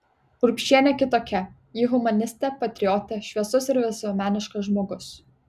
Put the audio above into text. urbšienė kitokia ji humanistė patriotė šviesus ir visuomeniškas žmogus